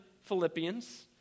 Philippians